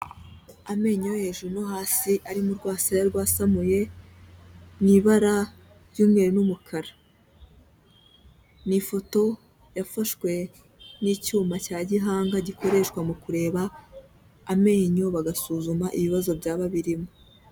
Amenyo yo hejuru no hasi, ari mu rwasaya rwasamuye, mu ibara ry'umweru n'umukara. Ni ifoto yafashwe n'icyuma cya gihanga, gikoreshwa mu kureba amenyo bagasuzuma, ibibazo byaba birimo.